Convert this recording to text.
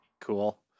Cool